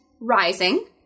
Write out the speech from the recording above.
Rising